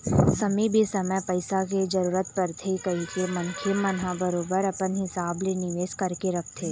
समे बेसमय पइसा के जरूरत परथे कहिके मनखे मन ह बरोबर अपन हिसाब ले निवेश करके रखथे